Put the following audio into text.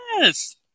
Yes